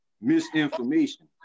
misinformation